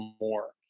more